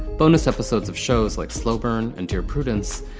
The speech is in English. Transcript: bonus episodes of shows like slow burn and dear prudence.